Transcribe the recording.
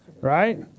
Right